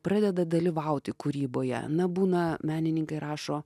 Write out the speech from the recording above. pradeda dalyvauti kūryboje na būna menininkai rašo